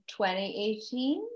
2018